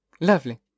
Lovely